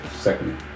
second